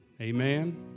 Amen